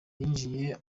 yinjiye